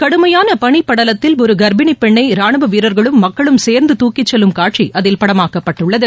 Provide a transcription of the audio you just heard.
கடுமையான பளிப்படலத்தில் ஒரு கர்ப்பிணி பெண்ணை ராணுவ வீரர்களும் மக்களும் சேர்ந்து தூக்கிச் செல்லும் காட்சி அதில் படமாக்கப்பட்டுள்ளது